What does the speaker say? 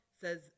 says